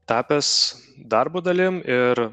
tapęs darbo dalim ir